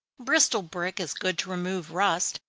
bristol brick is good to remove rust,